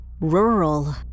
rural